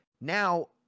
Now